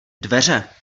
dveře